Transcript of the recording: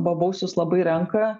bobausius labai renka